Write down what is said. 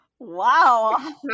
wow